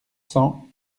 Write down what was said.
cents